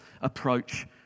approach